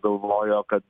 galvojo kad